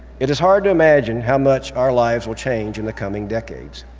it is hard to imagine how much our lives will change in the coming decades.